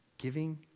giving